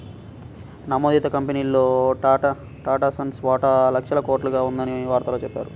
నమోదిత కంపెనీల్లో టాటాసన్స్ వాటా లక్షల కోట్లుగా ఉందని వార్తల్లో చెప్పారు